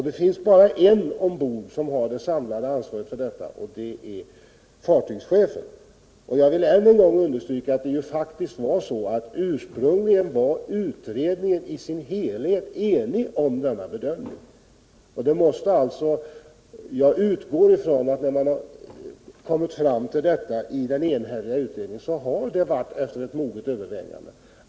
Det finns bara en ombord som har det samlade ansvaret för detta, och det är fartygschefen. Jag vill än en gång understryka att det faktiskt ursprungligen var så, att utredningen i dess helhet var enig om denna bedömning. Jag utgår från att utredningen när den enhälligt kom fram till detta gjorde det efter moget övervägande.